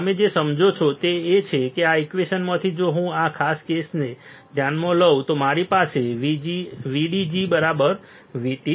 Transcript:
તમે જે સમજો છો તે એ છે કે આ ઈક્વેશનમાંથી જો હું આ ખાસ કેસને ધ્યાનમાં લઉં તો મારી પાસે VDG VT